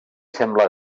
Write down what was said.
sembla